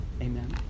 Amen